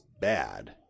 bad